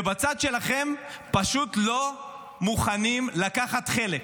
ובצד שלכם פשוט לא מוכנים לקחת חלק.